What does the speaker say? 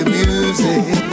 music